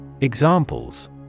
Examples